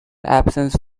absence